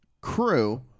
crew